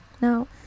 Now